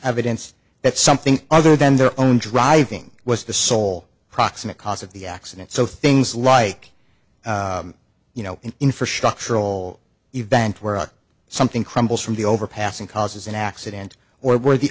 evidence that something other than their own driving was the sole proximate cause of the accident so things like you know infrastructural event where something crumbles from the overpass and causes an accident or where the